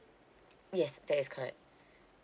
yes that is correct